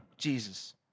Jesus